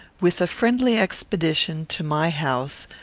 with a friendly expedition, to my house,